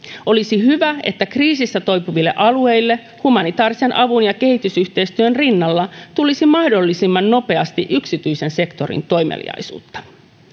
olisi hyvä että kriisistä toipuville alueille humanitaarisen avun ja ja kehitysyhteistyön rinnalla tulisi mahdollisimman nopeasti yksityisen sektorin toimeliaisuutta